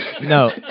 No